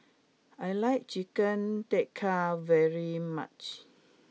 I like Chicken Tikka very much